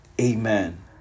Amen